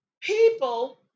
people